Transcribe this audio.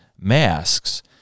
masks